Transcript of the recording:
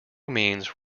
means